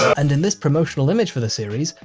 and in this promotional image for the series,